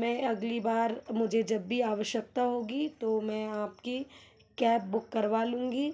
मैं अगली बार मुझे जब भी आवश्यकता होगी तो मैं आपकी कैब बुक करवा लूंगी